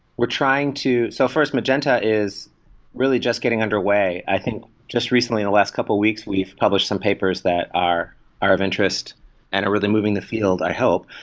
we're trying to so first, magenta is really just getting underway. i think just recently in the last couple of weeks, we've published some papers that are are of interest and are really moving the field, i hope.